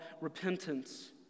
repentance